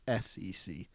SEC